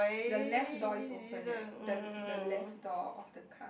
the left door is open right the the left door of the car